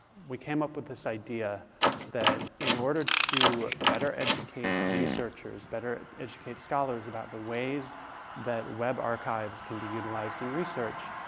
we came up with this idea that in order to better educate researchers and better educate scholars about the ways that web archives can be utilized in research,